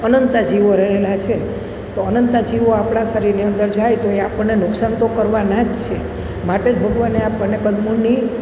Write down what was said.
અનંત જીવો રહેલા છે તો અનંત જીવો આપણાં શરીરની અંદર જાય તો એ આપણને નુકસાન તો કરવાના જ છે માટે જ ભગવાને આપણને કંદમૂળની